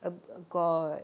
err err got